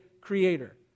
creator